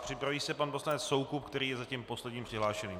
Připraví se pan poslanec Soukup, který je zatím posledním přihlášeným.